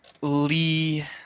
Lee